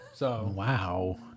Wow